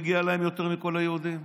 מגיע להם יותר מכל היהודים,